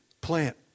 plant